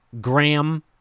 Graham